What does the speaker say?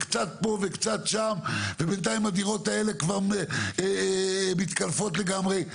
וקצת פה וקצת שם ובינתיים הדירות האלה כבר מתקלפות לגמרי.